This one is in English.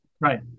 Right